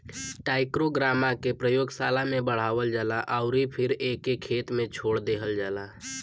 trichogramma के प्रयोगशाला में बढ़ावल जाला अउरी फिर एके खेत में छोड़ देहल जाला